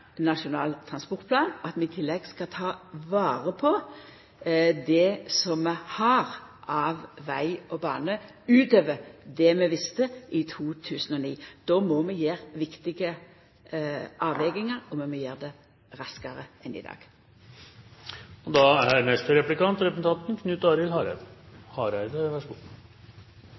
Nasjonal transportplan, og at vi i tillegg skal ta vare på det som vi har av veg og bane utover det vi visste i 2009. Då må vi gjera viktige avvegingar, og vi må gjera det raskare enn i dag. Statsråden seier at grunnrutemodell på Austlandet ikkje er